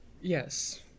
Yes